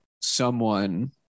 someone-